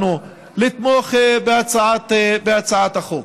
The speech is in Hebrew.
לנו לתמוך בהצעת החוק.